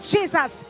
Jesus